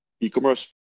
e-commerce